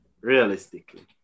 realistically